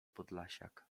podlasiak